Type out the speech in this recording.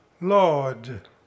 Lord